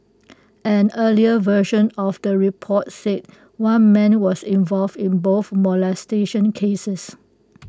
an earlier version of the report said one man was involved in both molestation cases